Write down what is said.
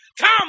Come